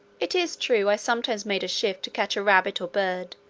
it is true, i sometimes made a shift to catch a rabbit, or bird,